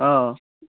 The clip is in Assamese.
অঁ অঁ